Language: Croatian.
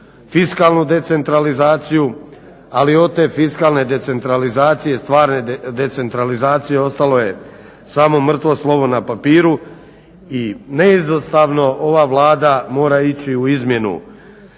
fiskalnu decentralizaciju ali od te fiskalne decentralizacije stvarne decentralizacije ostalo je samo mrtvo slovo na papiru i neizostavno ova Vlada mora ići u izmjenu